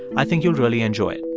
i think you'll really enjoy